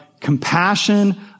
compassion